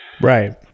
right